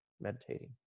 meditating